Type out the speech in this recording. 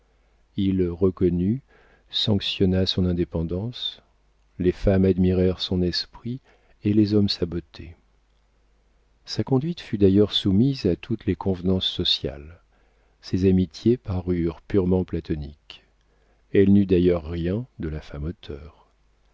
il reconnut sanctionna son indépendance les femmes admirèrent son esprit et les hommes sa beauté sa conduite fut d'ailleurs soumise à toutes les convenances sociales ses amitiés parurent purement platoniques elle n'eut d'ailleurs rien de la femme auteur